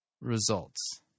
results